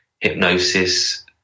hypnosis –